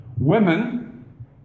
Women